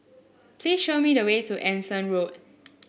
please show me the way to Anson Road